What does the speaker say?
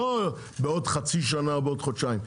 לא בעוד חצי שנה או בעוד חודשיים,